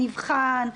נבחן,